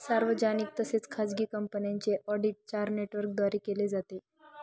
सार्वजनिक तसेच खाजगी कंपन्यांचे ऑडिट चार नेटवर्कद्वारे केले जाते